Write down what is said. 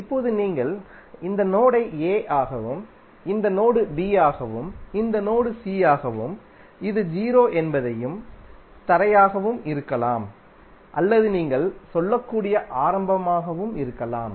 இப்போது நீங்கள் இந்த நோடை a ஆகவும் இந்த நோடு b ஆகவும் இந்த நோடு c ஆகவும் இது o என்பது தரையாகவும் இருக்கலாம் அல்லது நீங்கள் சொல்லக்கூடிய ஆரம்பமாகவும் இருக்கலாம்